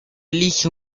elige